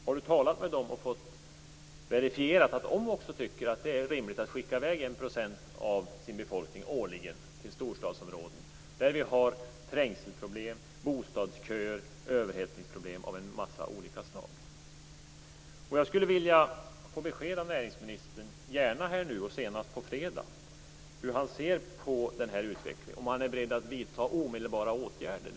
Har hon talat med dem och fått verifierat att också de tycker att det är rimligt att skicka i väg 1 % av sin befolkning årligen till storstadsområden där vi har trängselproblem, bostadsköer och överhettningsproblem av många olika slag? Jag skulle vilja ha besked från näringsministern, gärna här och nu och senast på fredagen, hur han ser på den här utvecklingen och om han är beredd att vidta omedelbara åtgärder.